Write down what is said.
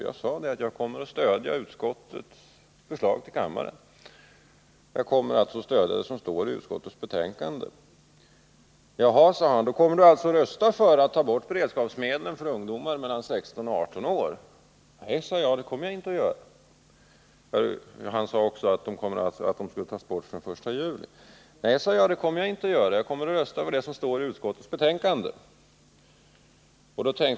Jag svarade att jag kommer att stödja utskottets förslag. Jaha, sade han, då kommer du alltså att rösta för att ta bort beredskapsmedlen för ungdomar mellan 16 och 18 år från 1 juli. Nej, sade jag, det kommer jag inte att göra. Jag kommer att rösta för vad som står i utskottets betänkande.